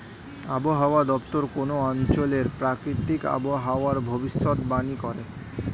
আবহাওয়া দপ্তর কোন অঞ্চলের প্রাকৃতিক আবহাওয়ার ভবিষ্যতবাণী করে